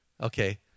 Okay